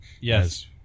yes